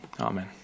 Amen